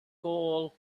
cool